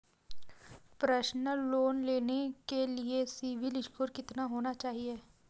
Personal loan लेने के लिए सिबिल स्कोर कितना होना चाहिए?